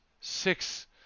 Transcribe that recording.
six